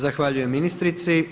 Zahvaljujem ministrici.